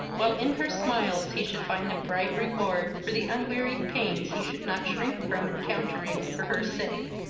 while in her smiles he should find a bright reward for the unwearied pains he should not shrink from encountering for her sake.